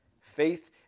Faith